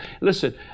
Listen